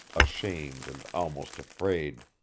ashamed and almost afraid.